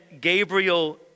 Gabriel